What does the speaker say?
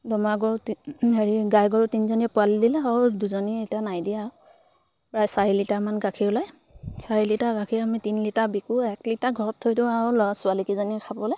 দমৰা গৰু হেৰি গাই গৰু তিনিজনীয়ে পোৱালি দিলে আৰু দুজনী এতিয়া নাই দিয়া আৰু প্ৰায় চাৰি লিটাৰমান গাখীৰ ওলায় চাৰি লিটাৰ গাখীৰ আমি তিনি লিটাৰ বিকোঁ এক লিটাৰ ঘৰত থৈ দিওঁ আৰু ল'ৰা ছোৱালীকেইজনীয়ে খাবলৈ